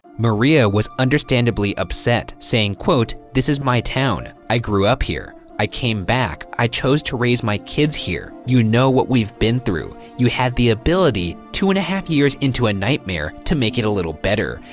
maria was understandably upset, saying, quote, this is my town, i grew up here. i came back, i chose to raise my kids here. you know what we've been through. you had the ability two and a half years into a nightmare to make it a little better.